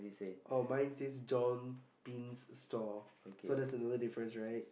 oh mine says John B store so that's another difference right